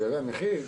לגבי המחיר?